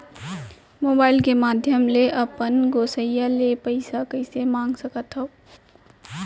Mobile के माधयम ले अपन गोसैय्या ले पइसा कइसे मंगा सकथव?